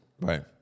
Right